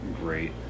great